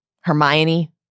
Hermione